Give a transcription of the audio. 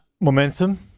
momentum